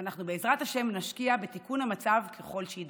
ואנחנו בעזרת השם נשקיע בתיקון המצב ככל שיידרש.